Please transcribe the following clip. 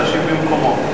להשיב במקומו.